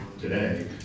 today